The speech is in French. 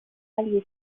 allié